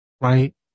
right